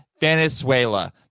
Venezuela